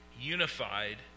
unified